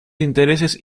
intereses